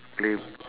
play